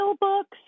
books